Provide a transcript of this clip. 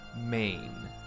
Maine